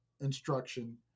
instruction